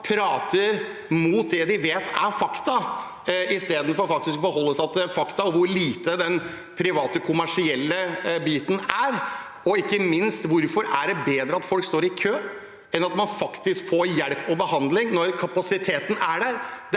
prater mot det de vet er fakta, i stedet for å forholde seg til fakta og hvor liten den private, kommersielle biten er? Og ikke minst: Hvorfor er det bedre at folk står i kø, enn at de faktisk får hjelp og behandling når kapasiteten er der?